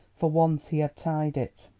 for once he had tied it.